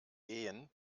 ehen